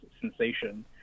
sensation